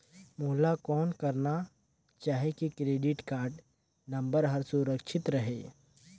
मोला कौन करना चाही की क्रेडिट कारड नम्बर हर सुरक्षित रहे?